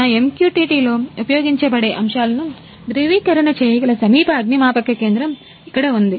నా MQTT లో ఉపయోగించబడే అంశాలను ధ్రువీకరణచేయగల సమీప అగ్నిమాపక కేంద్రం ఇక్కడ ఉంది